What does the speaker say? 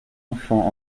enfants